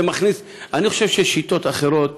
אני חושב ששיטות אחרות